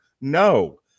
no